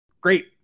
Great